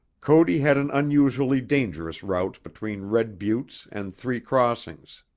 cody had an unusually dangerous route between red buttes and three crossings.